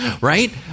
right